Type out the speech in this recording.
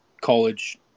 college